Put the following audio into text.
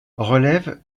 relève